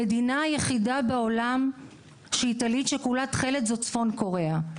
המדינה היחידה בעולם שהיא טלית שכולה תכלת זה צפון קוריאה,